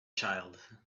child